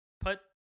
put